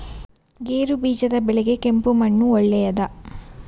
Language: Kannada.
ಗೇರುಬೀಜದ ಬೆಳೆಗೆ ಕೆಂಪು ಮಣ್ಣು ಒಳ್ಳೆಯದಾ?